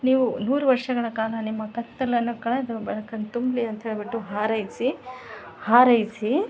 ನೀವು ನೂರು ವರ್ಷಗಳ ಕಾಲ ನಿಮ್ಮ ಕತ್ತಲನ್ನು ಕಳ್ದು ಬೆಳಕನ್ನ ತುಂಬಲಿ ಅಂತೇಳ್ಬಿಟ್ಟು ಹಾರೈಸಿ ಹಾರೈಸಿ